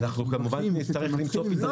אנחנו כמובן נצטרך למצוא פתרון.